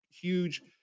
huge